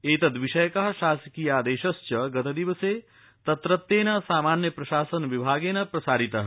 एतद् विषयकः शासकीयादेशश्च गतदिवसे तत्रत्येन सामान्य प्रशासन विभागेन प्रसारितः